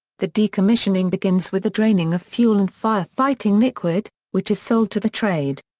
the decommissioning begins with the draining of fuel and fire fighting liquid, which is sold to the trade.